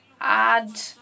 add